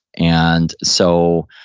and so,